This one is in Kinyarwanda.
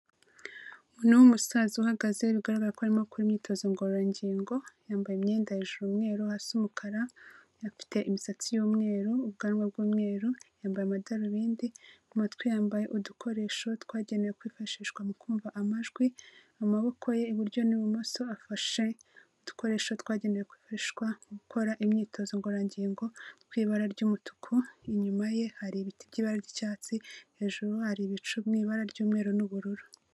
Umuntu w'umusaza uhagaze bigaragaragara ko arimo akora imyitozo ngororangingo, yambaye imyenda hejuru umweru hasi umukara, afite imisatsi y'umweru, ubwanwa bw'umweru, yambaye amadarubindi, ku matwi yambaye udukoresho twagenewe kwifashishwa mu kumva amajwi, amaboko ye iburyo n'ibumoso afashe udukoresho twagenewe kwifashishwa mu gukora imyitozo ngororangingo tw'ibara ry'umutuku, inyuma ye hari ibiti by'ibara ry'icyatsi, hejuru hari ibicu mu ibara ry'umweru n'ubururu.